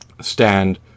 stand